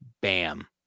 Bam